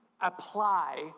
apply